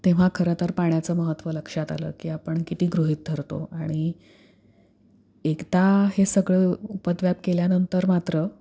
तेव्हा खरं तर पाण्याचं महत्त्व लक्षात आलं की आपण किती गृहित ठरतो आणि एकदा हे सगळं उपद्व्याप केल्यानंतर मात्र